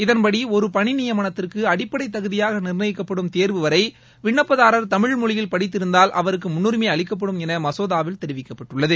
இதன்படி ஒரு பணி நியமனத்திற்கு அடிப்படை தகுதியாக நிர்ணயிக்கப்படும் தேர்வு வரை விண்ணப்பதாரர் தமிழ் மொழியில் படித்திருந்தால் அவருக்கு முன்னுரிமை அளிக்கப்படும் என மசோதாவில் தெரிவிக்கப்பட்டுள்ளது